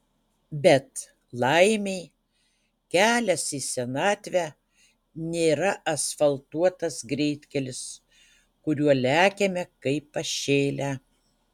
bet laimei kelias į senatvę nėra asfaltuotas greitkelis kuriuo lekiame kaip pašėlę